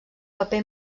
paper